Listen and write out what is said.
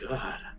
God